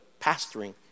pastoring